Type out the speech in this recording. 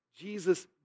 Jesus